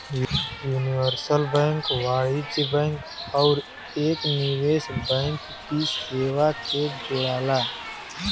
universal bank वाणिज्यिक bank आउर एक निवेश बैंक की सेवा के जोड़ला